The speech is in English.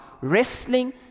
wrestling